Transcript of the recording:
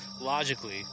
Logically